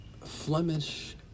Flemish